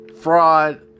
fraud